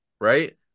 right